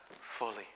fully